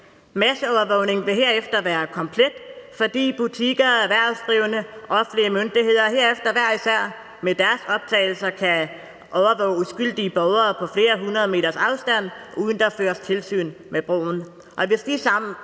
Masseovervågningen vil herefter være komplet, fordi butikker, erhvervsdrivende og offentlige myndigheder hver især med deres optagelser kan overvåge uskyldige borgere på flere hundrede meters afstand, uden at der føres tilsyn med brugen,